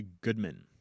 Goodman